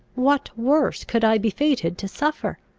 what worse could i be fated to suffer?